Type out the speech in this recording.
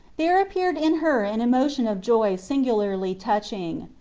there appeared in her an emotion of joy singularly touching.